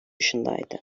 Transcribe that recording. yaşındaydı